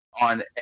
On